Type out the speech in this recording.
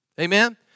Amen